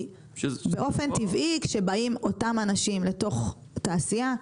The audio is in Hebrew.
באופן טבעי כשבאים אותם אנשים לתוך תעשייה,